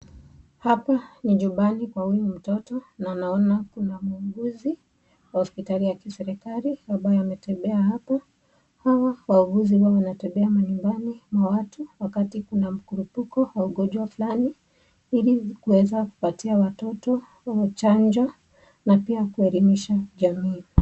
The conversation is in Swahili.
Hapa ni nyumbani kwa huyu mtoto na naona kuna mwuguzi wa hospitali ya kiserikali ambaye ametembea hapo. Hawa wauguzi huwa wanatembea manyumbani mwa watu wakati kuna mkurupuko wa ugonjwa fulani ili kuweza kupatia watoto chanjo na pia kuelimisha jamii.